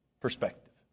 Perspective